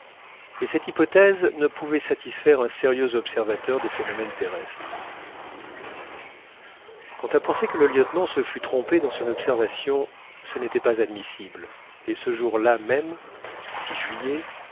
mais cette hypothèse ne pouvait satisfaire un sérieux observateur des phénomènes terrestres quant à penser que le lieutenant se fût trompé dans son observation ce n'était pas admissible et ce jour-là même juillet